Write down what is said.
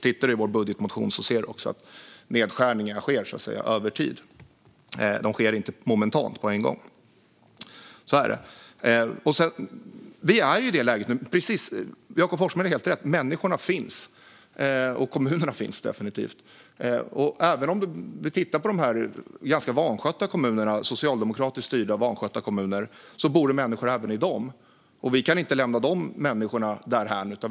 Tittar man i vår budgetmotion ser man också att nedskärningarna sker över tid och inte momentant, på en gång. Jakob Forssmed har alltså helt rätt i att människorna finns, och kommunerna finns definitivt. Det bor människor även i socialdemokratiskt styrda, ganska vanskötta kommuner, och vi kan inte lämna dem därhän.